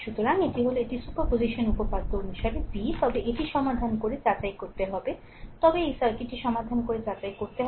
সুতরাং এটি হল এটি সুপারপজিশন উপপাদ্য অনুসারে ভি তবে এটি সমাধান করে যাচাই করতে হবে তবে এই সার্কিটটি সমাধান করে যাচাই করতে হবে